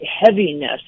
heaviness